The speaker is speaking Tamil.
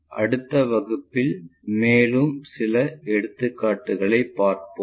அடுத்த வகுப்பில் மேலும் சில எடுத்துக்காட்டுகளைப் பார்ப்போம்